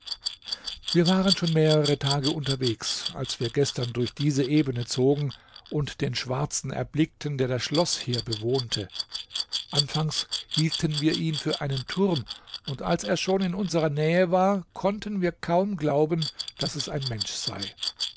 wir waren schon mehrere tage unterwegs als wir gestern durch diese ebene zogen und den schwarzen erblickten der das schloß hier bewohnte anfangs hielten wir ihn für einen turm und als er schon in unserer nähe war konnten wir kaum glauben daß es ein mensch sei